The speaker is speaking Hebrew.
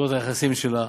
ביתרונות היחסיים שלה,